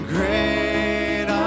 Great